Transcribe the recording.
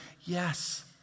yes